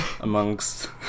amongst